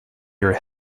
your